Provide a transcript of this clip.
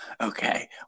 Okay